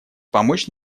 помочь